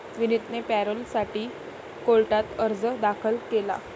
विनीतने पॅरोलसाठी कोर्टात अर्ज दाखल केला